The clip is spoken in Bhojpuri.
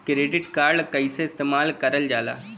क्रेडिट कार्ड कईसे इस्तेमाल करल जाला?